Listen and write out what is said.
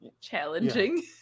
challenging